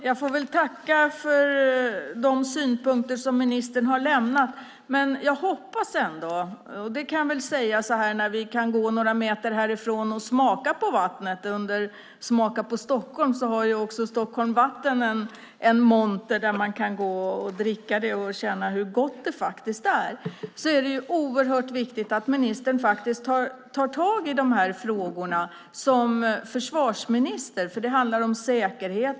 Herr talman! Jag får tacka för de synpunkter som ministern har lämnat. Men jag kan väl säga en sak. Vi kan gå några meter härifrån och smaka på vattnet. Under evenemanget Smaka på Stockholm! har Stockholm Vatten en monter dit man kan gå och dricka vattnet och känna hur gott det faktiskt smakar. Då är det oerhört viktigt att ministern faktiskt tar tag i de här frågorna, som försvarsminister. För det handlar om säkerhet.